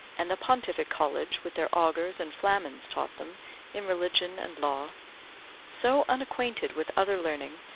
and the pontific college with their augurs and flamens taught them in religion and law so unacquainted with other learning,